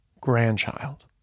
grandchild